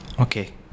Okay